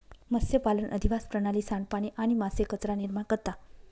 मत्स्यपालन अधिवास प्रणाली, सांडपाणी आणि मासे कचरा निर्माण करता